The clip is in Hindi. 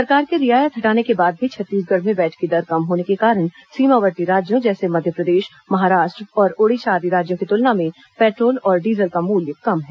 सरकार के रियायत हटाने के बाद भी छत्तीसगढ़ में वैट की दर कम होने के कारण सीमावर्ती राज्यों जैसे मध्यप्रदेश महाराष्ट्र और ओडिशा आदि राज्यों की तुलना में पेट्रोल और डीजल का मूल्य कम है